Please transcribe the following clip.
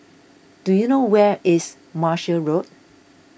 do you know where is Martia Road